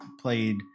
played